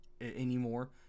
anymore